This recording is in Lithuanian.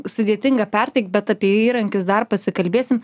sudėtinga perteikt bet apie įrankius dar pasikalbėsim